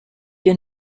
you